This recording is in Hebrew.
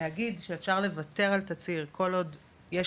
להגיד שאפשר לוותר על תצהיר כל עוד יש